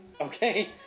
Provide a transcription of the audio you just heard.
okay